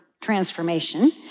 transformation